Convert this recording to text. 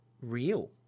real